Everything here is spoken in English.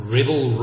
Rebel